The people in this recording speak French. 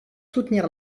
soutenir